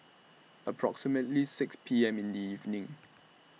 approximately six P M in The evening